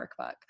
workbook